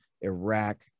iraq